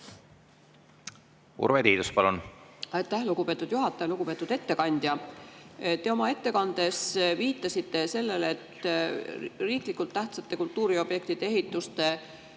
Urve Tiidus, palun! Aitäh, lugupeetud juhataja! Lugupeetud ettekandja! Te oma ettekandes viitasite sellele, et riiklikult tähtsate kultuuriobjektide ehituste